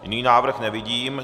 Jiný návrh nevidím.